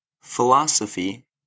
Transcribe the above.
philosophy